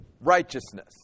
righteousness